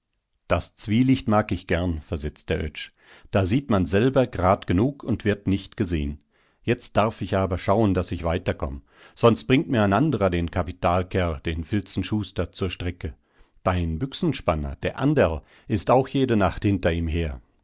das zwielicht mag ich gern versetzt der oetsch da sieht man selber gerad genug und wird nicht gesehen jetzt darf ich aber schauen daß ich weiter komm sonst bringt mir ein anderer den kapitalkerl den filzenschuster zur strecke dein büchsenspanner der anderl ist auch jede nacht hinter ihm her